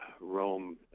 Rome